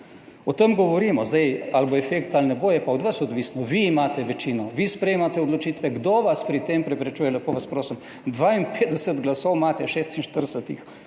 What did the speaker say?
O tem govorimo. Zdaj, ali bo efekt ali ne bo je pa od vas odvisno, vi imate večino. Vi sprejemate odločitve. Kdo vas pri tem preprečuje, lepo vas prosim? 52 glasov imate, 46 jih